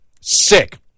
sick